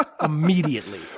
immediately